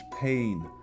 pain